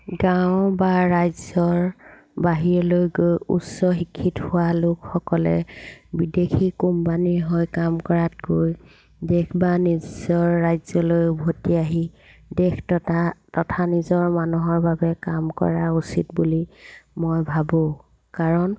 গাঁও বা ৰাজ্যৰ বাহিৰলৈ গৈ উচ্চ শিক্ষিত হোৱা লোকসকলে বিদেশী কোম্পানীৰ হৈ কাম কৰাত গৈ দেশ বা নিজৰ ৰাজ্যলৈ উভতি আহি দেশ ততা তথা নিজৰ মানুহৰ বাবে কাম কৰা উচিত বুলি মই ভাবোঁ কাৰণ